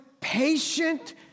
patient